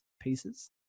pieces